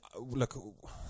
look